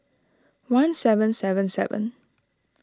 one seven seven seven